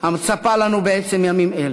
המצפה לנו בעצם ימים אלה.